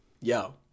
Yo